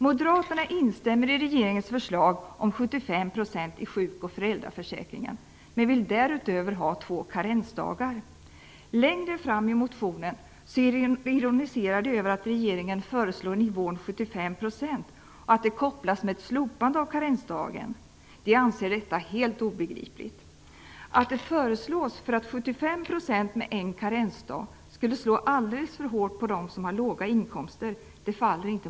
Moderaterna instämmer i regeringens förslag om 75 % ersättningsnivå i sjuk och föräldraförsäkringen, men vill därutöver ha två karensdagar. Längre fram i motionen ironiserar Moderaterna över att regeringen föreslår nivån 75 % och att det kopplas ihop med ett slopande av karensdagen. De anser att detta är helt obegripligt. Det faller inte Moderaterna in att förslaget har lagts fram därför att 75 % ersättningsnivå med en karensdag skulle slå alldeles för hårt på dem som har låga inkomster.